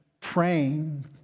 praying